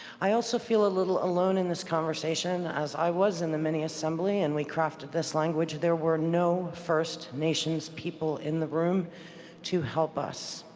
i also feel a little alone in this conversation, as i was in the mini-assembly and we crafted this language. there were no first nations people in the room to help us.